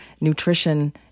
nutrition